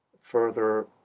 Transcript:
further